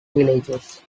villages